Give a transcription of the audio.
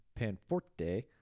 panforte